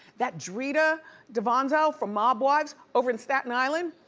that drita d'avanzo from mob wives over in staten island.